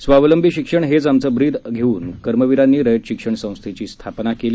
स्वावलंबी शिक्षण हेच आमचे ब्रीद घेऊन कर्मवीरांनी रयत शिक्षण संस्थेची स्थापना केली